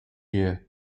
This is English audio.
year